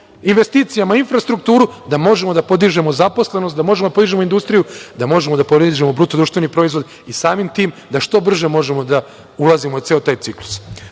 investicijama infrastrukturu da možemo da podižemo zaposlenosti, da možemo da podižemo industriju, da možemo da podižemo BDP i samim tim da što brže možemo da ulazimo u ceo taj ciklus.